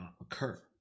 occur